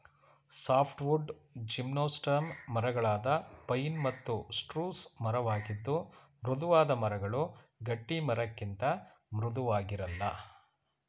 softwood gymnosperm ಮರಗಳಾದ pine ಮತ್ತು spruce ಮರವಾಗಿದ್ದು ಮೃದುವಾದ ಮರಗಳು ಗಟ್ಟಿಮರಕ್ಕಿಂತ ಮೃದುವಾಗಿರಲ್ಲ